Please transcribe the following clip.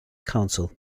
council